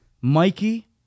Mikey